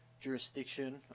jurisdiction